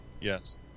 Yes